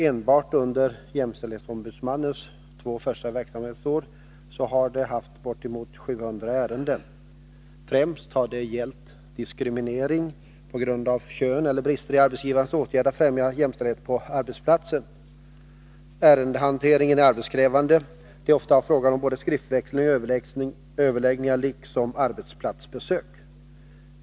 Enbart under jämställdhetsombudsmannens två första verksamhetsår har hon haft nära 700 ärenden, som främst gällt diskriminering på grund av kön eller brister i arbetsgivarens åtgärder för att främja jämställdhet på arbetsplatser. Ärendehanteringen är arbetskrävande. Det är ofta fråga om både skriftväxling och överläggningar liksom även arbetsplatsbesök.